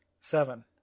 seven